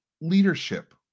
leadership